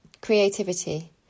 creativity